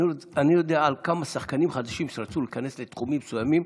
אני יודע על כמה שחקנים חדשים שרצו להיכנס לתחומים מסוימים,